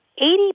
Eighty